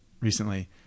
recently